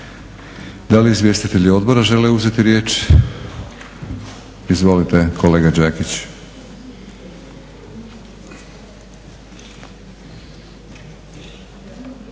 Da li izvjestitelji odbora žele uzeti riječ? Izvolite kolega Đakić.